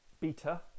beta